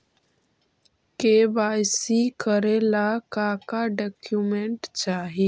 KYC करे ला का का डॉक्यूमेंट चाही?